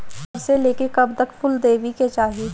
कब से लेके कब तक फुल देवे के चाही?